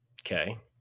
Okay